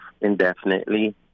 indefinitely